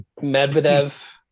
medvedev